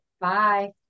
bye